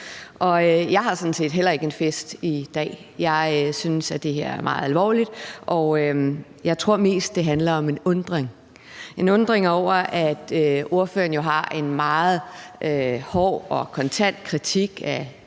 set heller ikke en fest i dag. Jeg synes, at det her er meget alvorligt. Og jeg tror mest, at det handler om en undren – en undren over, at ordføreren jo har en meget hård og kontant kritik af